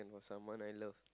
someone I love